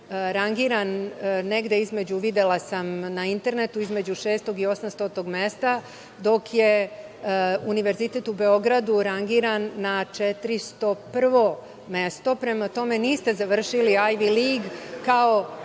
rangiran negde između, videla sam na internetu, između 600. i 800. mesta, dok je Univerzitet u Beogradu rangiran na 401. mestu. Prema tome, niste završili Ivy League, kao